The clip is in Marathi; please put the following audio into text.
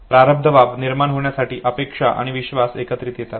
प्रारब्धवाद निर्माण होण्यासाठी अपेक्षा आणि विश्वास एकत्रित येतात